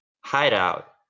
hideout